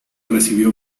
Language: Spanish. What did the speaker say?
recibió